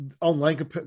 online